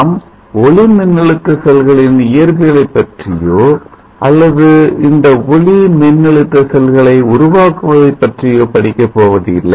நாம் ஒளிமின்னழுத்த செல்களின் இயற்பியலை பற்றியோ அல்லது இந்த ஒளி மின்னழுத்த செல்களை உருவாக்குவது பற்றியோ படிக்கப் போவதில்லை